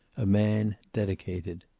a man dedicated.